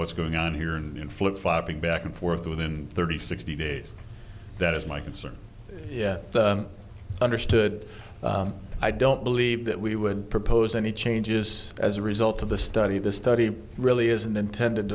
what's going on here and flip flopping back and forth within thirty sixty days that is my concern yeah understood i don't believe that we would propose any changes as a result of the study the study really isn't intended